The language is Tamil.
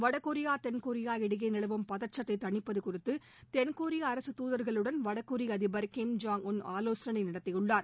வடகொரியா தென்கொரியா இடையே நிலவும் பதற்றத்தை தணிப்பது குறித்து தென்கொரிய அரசு தூதர்களுடன் வடகொரிய அதிபர் கிம் ஜாங் உள் ஆலோசனை நடத்தியுள்ளார்